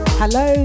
hello